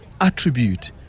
attribute